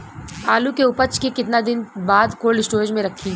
आलू के उपज के कितना दिन बाद कोल्ड स्टोरेज मे रखी?